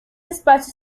espacio